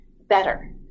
better